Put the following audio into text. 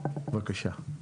בבקשה.